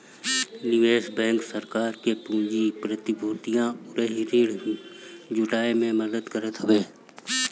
निवेश बैंक सरकार के पूंजी, प्रतिभूतियां अउरी ऋण जुटाए में मदद करत हवे